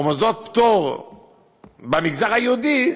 או מוסדות פטור במגזר היהודי,